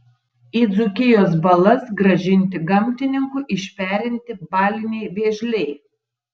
į dzūkijos balas grąžinti gamtininkų išperinti baliniai vėžliai